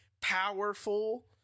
powerful